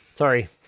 sorry